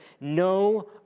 no